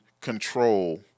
control